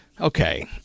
okay